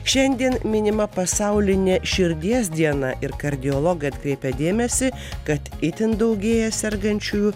šiandien minima pasaulinė širdies diena ir kardiologai atkreipia dėmesį kad itin daugėja sergančiųjų